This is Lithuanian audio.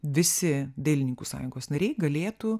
visi dailininkų sąjungos nariai galėtų